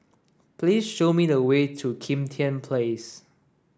please show me the way to Kim Tian Place